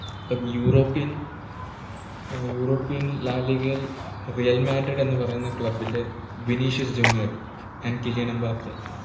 ഇപ്പം European European ലാലിഗേൽ Real മാഡ്രിഡെന്ന് പറയുന്ന ക്ലബ്ബിലേ വിനീഷ്യസ് ജൂനിയർ ആൻ കിലിയനമ്പാപ്പെ